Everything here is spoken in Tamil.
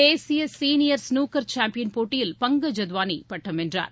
தேசிய சீனியர் ஸ்னுக்கர் சாம்பியன் போட்டியில் பங்கஜ் அத்வானி பட்டம் வென்றார்